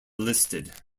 listed